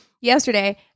Yesterday